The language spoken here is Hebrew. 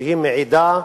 שמעידה,